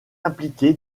impliqué